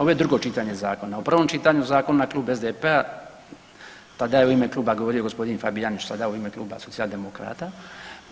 Ovo je drugo čitanje zakona u prvom čitanju zakona klub SDP-a tada je u ime kluba govorio g. Fabijanić, sada u ime Kluba socijaldemokrata